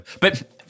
But-